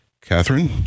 Catherine